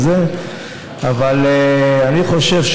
אבל אני חושב,